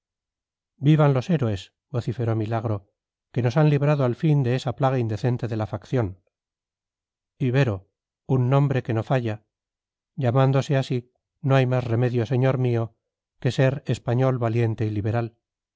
vivan los héroes vociferó milagro que nos han librado al fin de esa plaga indecente de la facción ibero un nombre que no falla llamándose así no hay más remedio señor mío que ser español valiente y liberal